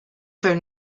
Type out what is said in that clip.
phone